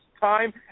time